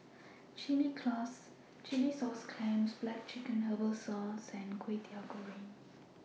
Chilli Sauce Clams Black Chicken Herbal Soup and Kway Teow Goreng